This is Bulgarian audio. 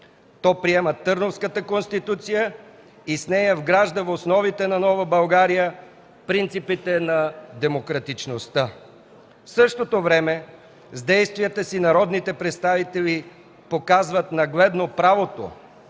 То приема Търновската конституция и с нея вгражда в основите на нова България принципите на демократичността. В същото време с действията си народните представители показват нагледно правото,